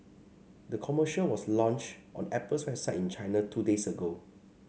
the commercial was launched on Apple's website in China two days ago